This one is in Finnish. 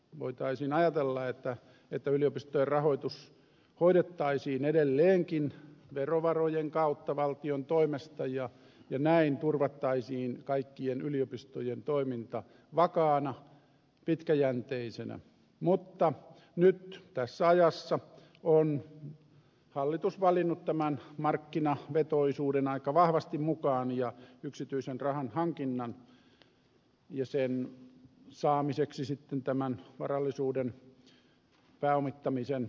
voitaisiin ajatella että yliopistojen rahoitus hoidettaisiin edelleenkin verovarojen kautta valtion toimesta ja näin turvattaisiin kaikkien yliopistojen toiminta vakaana pitkäjänteisenä mutta nyt tässä ajassa on hallitus valinnut tämän markkinavetoisuuden aika vahvasti mukaan ja yksityisen rahan hankinnan ja sen saamiseksi sitten tämän varallisuuden pääomittamisen yliopistoille